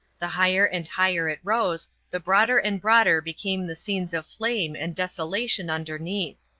the higher and higher it rose the broader and broader became the scenes of flame and desolation underneath.